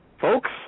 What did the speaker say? Folks